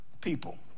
people